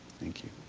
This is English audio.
thank you.